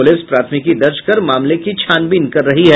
police प्राथमिकी दर्ज कर मामले की छानबीन कर रही है